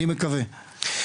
אני מקווה.